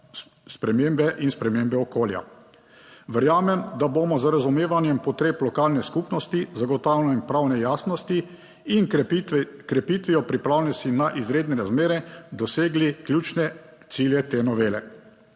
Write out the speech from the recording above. spremembe in spremembe okolja. Verjamem, da bomo z razumevanjem potreb lokalne skupnosti, z zagotavljanjem pravne jasnosti in krepitvijo pripravljenosti na izredne razmere dosegli ključne cilje te novele.